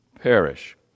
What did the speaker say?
perish